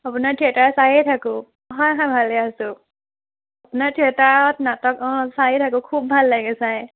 আপোনাৰ থিয়েটাৰ চায়ে থাকোঁ হয় হয় ভালে আছোঁ আপোনাৰ থিয়েটাৰত নাটক অঁ চায়ে থাকোঁ খুব ভাল লাগে চাই